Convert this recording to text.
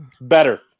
Better